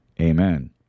amen